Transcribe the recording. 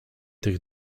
tych